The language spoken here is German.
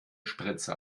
spritze